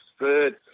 third